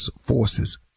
forces